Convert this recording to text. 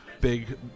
big